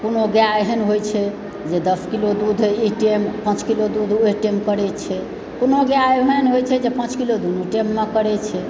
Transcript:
कोनो गाय एहन होय छै जे दश किलो दूध इ टाइम पाँच किलो दूध ओहि टाइम करै छै कोनो गाय एहन होइ छै जे पाँच किलो दुनू टाइममे करै छै